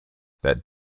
that